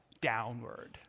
downward